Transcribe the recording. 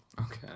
Okay